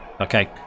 Okay